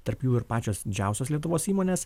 tarp jų ir pačios didžiausios lietuvos įmonės